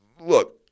look